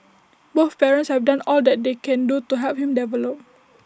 both parents have done all that they can do to help him develop